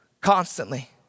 constantly